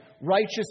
righteous